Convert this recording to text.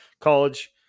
college